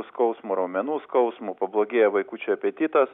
skausmu ar raumenų skausmu pablogėja vaikučiui apetitas